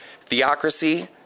Theocracy